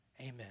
Amen